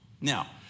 Now